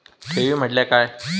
ठेवी म्हटल्या काय?